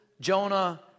Jonah